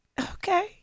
okay